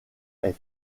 est